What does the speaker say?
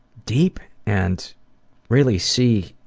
deep and really see